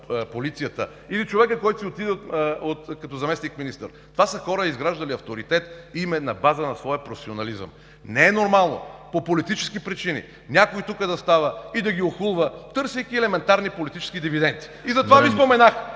полицията, или човекът, който си отиде като заместник-министър, това са хора, изграждали авторитет и име на базата на своя професионализъм. Не е нормално по политически причини някой тук да става и да ги охулва, търсейки елементарни политически дивиденти. (Силен